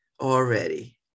already